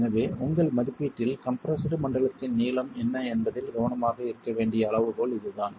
எனவே உங்கள் மதிப்பீட்டில் கம்ப்ரெஸ்டு மண்டலத்தின் நீளம் என்ன என்பதில் கவனமாக இருக்க வேண்டிய அளவுகோல் இதுதான்